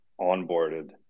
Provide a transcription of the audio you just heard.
onboarded